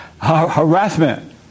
Harassment